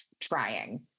trying